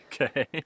Okay